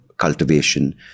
cultivation